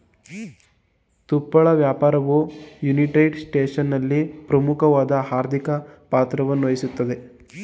ತುಪ್ಪಳ ವ್ಯಾಪಾರವು ಯುನೈಟೆಡ್ ಸ್ಟೇಟ್ಸ್ನಲ್ಲಿ ಪ್ರಮುಖವಾದ ಆರ್ಥಿಕ ಪಾತ್ರವನ್ನುವಹಿಸ್ತದೆ